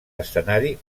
escenari